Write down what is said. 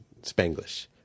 Spanglish